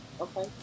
okay